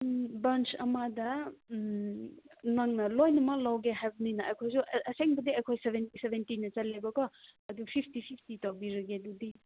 ꯎꯝ ꯕꯟ ꯑꯃꯗ ꯎꯝ ꯅꯪꯅ ꯂꯣꯏꯅꯃꯛ ꯂꯧꯒꯦ ꯍꯥꯏꯕꯅꯤꯅ ꯑꯩꯈꯣꯏꯁꯨ ꯑꯁꯦꯡꯕꯗꯤ ꯑꯩꯈꯣꯏꯁꯨ ꯁꯕꯦꯟꯇꯤꯅ ꯆꯠꯂꯦꯕꯀꯣ ꯑꯗꯨ ꯁꯤꯛꯁꯇꯤ ꯁꯤꯛꯁꯇꯤ ꯇꯧꯕꯤꯔꯒꯦ ꯑꯗꯨꯗꯤ